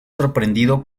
sorprendido